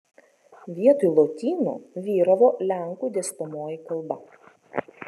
vietoj lotynų vyravo lenkų dėstomoji kalba